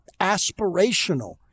aspirational